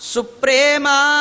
Suprema